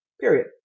period